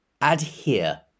adhere